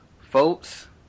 folks